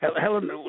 Helen